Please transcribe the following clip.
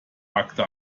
hakte